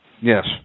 Yes